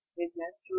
business